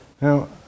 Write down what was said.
Now